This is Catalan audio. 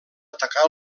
atacar